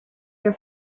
your